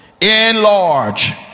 Enlarge